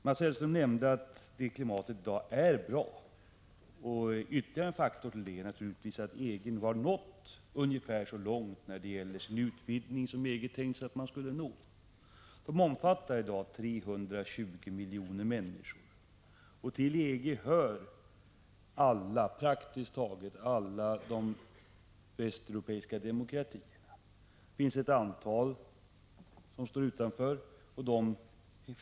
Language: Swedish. Mats Hellström nämnde att samarbetsklimatet är bra. En bidragande faktor därtill är naturligtvis att EG nu har nått ungefär så långt i sin utvidgning som man hade tänkt att man skulle nå. EG omfattar i dag 320 miljoner människor. Till EG hör praktiskt taget alla de europeiska demokratierna. Det finns, vid sidan av Turkiet, ett fåtal som står utanför.